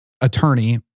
attorney